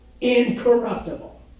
incorruptible